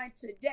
today